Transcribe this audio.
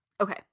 Okay